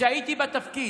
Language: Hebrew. כשהייתי בתפקיד.